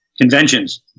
conventions